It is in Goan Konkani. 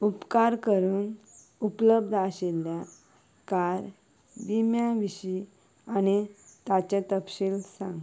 उपकार करून उपलब्ध आशिल्ल्या कार विम्यां विशीं आनी तांचे तपशील सांग